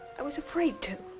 i was afraid to.